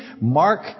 Mark